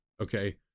Okay